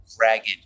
ragged